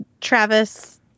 Travis